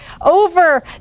over